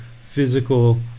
physical